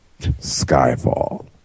Skyfall